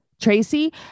tracy